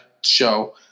show